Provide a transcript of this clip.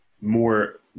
More